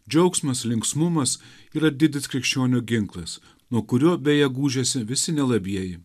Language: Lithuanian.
džiaugsmas linksmumas yra didis krikščionių ginklas nuo kurio beje gūžiasi visi nelabieji